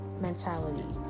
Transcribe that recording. Mentality